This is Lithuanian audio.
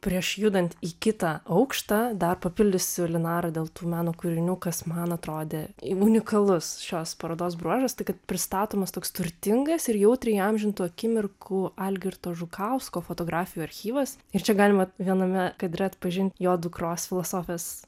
prieš judant į kitą aukštą dar papildysiu linarą dėl tų meno kūrinių kas man atrodė unikalus šios parodos bruožas tai kad pristatomas toks turtingas ir jautriai įamžintų akimirkų algirdo žukausko fotografijų archyvas ir čia galima viename kadre atpažint jo dukros filosofės